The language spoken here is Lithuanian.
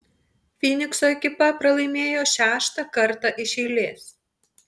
fynikso ekipa pralaimėjo šeštą kartą iš eilės